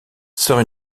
sort